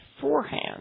beforehand